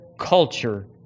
Culture